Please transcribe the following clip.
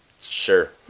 sure